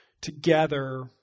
together